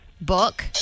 Book